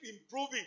improving